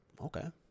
okay